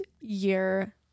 year